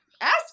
Ask